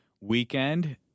weekend